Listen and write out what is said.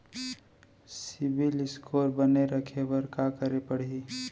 CIBIL score बने रखे बर का करे पड़ही?